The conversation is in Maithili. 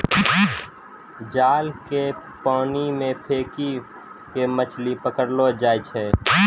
जाल के पानी मे फेकी के मछली पकड़लो जाय छै